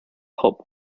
hop